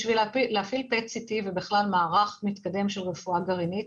בשביל לפעיל PET CT ובכלל מערך מתקדם של רפואה גרעינית,